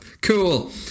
Cool